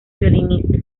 violinista